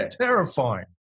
terrifying